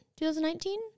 2019